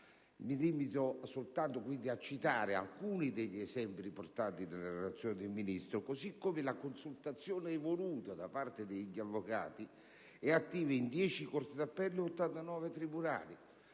Mi limito soltanto a citare alcuni degli esempi riportati nella relazione del Ministro, come ad esempio la consultazione evoluta da parte degli avvocati che è attiva in 10 corti di appello e 89 tribunali.